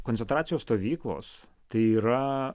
koncentracijos stovyklos tai yra